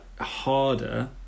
harder